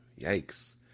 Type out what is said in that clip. yikes